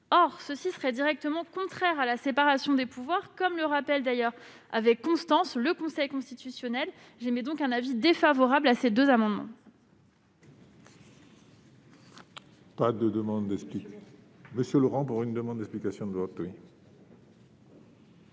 Or cela serait directement contraire à la séparation des pouvoirs, comme le rappelle d'ailleurs avec constance le Conseil constitutionnel. Je suis donc défavorable à ces deux amendements.